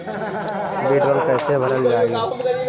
वीडरौल कैसे भरल जाइ?